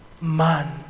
man